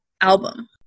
album